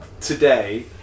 today